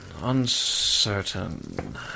Uncertain